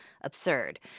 absurd